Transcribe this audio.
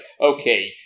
okay